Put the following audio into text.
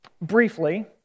Briefly